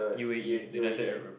U_A_E the United Arab